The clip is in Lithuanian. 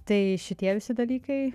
tai šitie visi dalykai